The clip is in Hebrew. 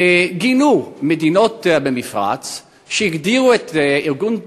גינו מדינות במפרץ שהגדירו את ארגון "חיזבאללה"